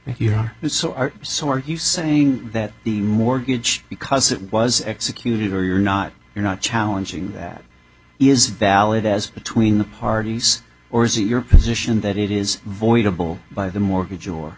are so are you saying that the mortgage because it was executed or you're not you're not challenging that is valid as between the parties or is it your position that it is voidable by the mortgage or